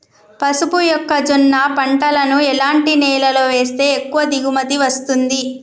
పసుపు మొక్క జొన్న పంటలను ఎలాంటి నేలలో వేస్తే ఎక్కువ దిగుమతి వస్తుంది?